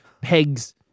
pegs